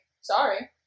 Sorry